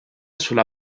sulla